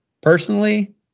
Personally